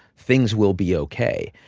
things will be ok.